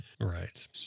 Right